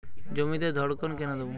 জমিতে ধড়কন কেন দেবো?